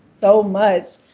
so much,